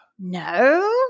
No